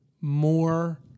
more